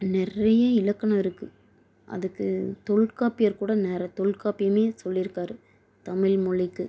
நிறைய இலக்கணம் இருக்குது அதுக்கு தொல்காப்பியர் கூட தொல்காப்பியமே சொல்லியிருக்காரு தமிழ் மொழிக்கு